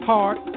Heart